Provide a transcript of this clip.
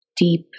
deep